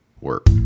work